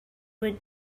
would